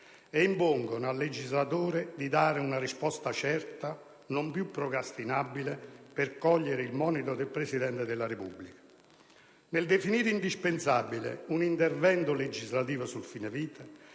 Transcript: e impongono al legislatore di dare una risposta certa, «non più procrastinabile», per cogliere il monito del Presidente della Repubblica. Nel definire indispensabile un intervento legislativo sul fine vita,